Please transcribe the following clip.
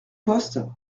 poste